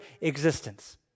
existence